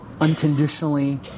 unconditionally